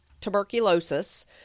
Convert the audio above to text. tuberculosis